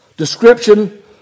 Description